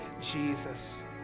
Jesus